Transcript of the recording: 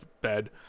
bed